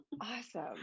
Awesome